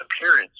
appearance